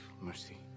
mercy